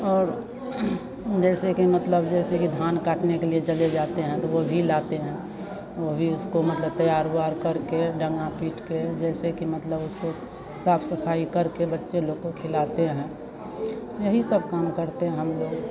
और जैसे के मतलब जैसे कि धान काटने के लिए चले जाते हैं तो वह भी लाते हैं वह भी उसको मतलब तैयार उवार करके डंगा पीटकर जैसे कि मतलब उसको साफ सफाई करके बच्चे लोग को खिलाते हैं यही सब काम करते हैं हम लोग